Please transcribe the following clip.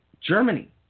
Germany